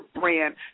brand